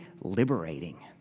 liberating